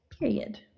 period